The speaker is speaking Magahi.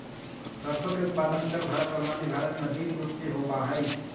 सरसों के उत्पादन उत्तर भारत और मध्य भारत में अधिक रूप से होबा हई